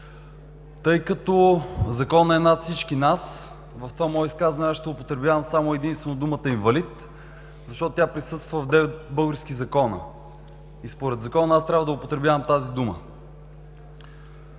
Тъй като законът е над всички нас, в това мое изказване аз ще употребявам само и единствено думата „инвалид“, защото тя присъства в девет български закона и според закона аз трябва да употребявам тази дума.